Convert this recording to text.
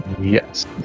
yes